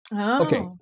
Okay